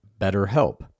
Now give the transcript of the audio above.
BetterHelp